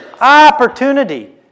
opportunity